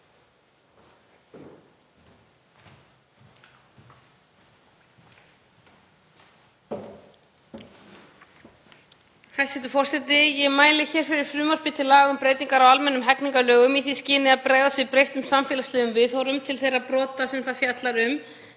Hæstv. forseti. Ég mæli fyrir frumvarpi til laga um breytingu á almennum hegningarlögum í því skyni að bregðast við breyttum samfélagslegum viðhorfum til þeirra brota sem það fjallar um,